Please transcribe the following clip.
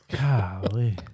Golly